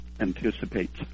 anticipates